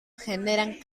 generan